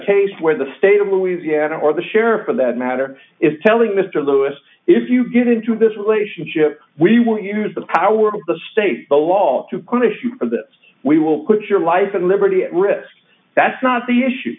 case where the state of louisiana or the sheriff for that matter is telling mr lewis if you get into this relationship we will use the power of the state the laws to punish you we will put your life and liberty at risk that's not the issue